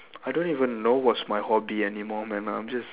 I don't even know what's my hobby anymore man I'm just